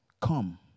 Come